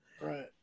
Right